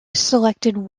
selected